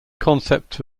concept